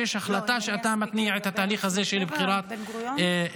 שיש החלטה שאתה מתניע את התהליך הזה של בחירת הקאדים.